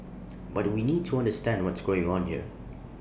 but we need to understand what's going on here